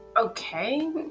okay